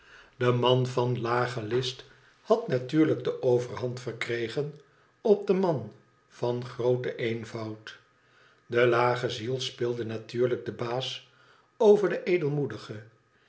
de man van lage list had natuurlijk de overhand verkregen op den man van grooten eenvoud de lage ziel speelde natuurlijk den baas over den